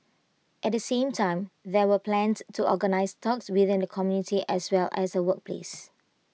at the same time there are plans to organise talks within the community as well as at workplace